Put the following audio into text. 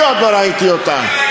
אני עוד לא ראיתי אותה.